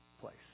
place